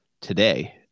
today